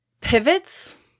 Pivots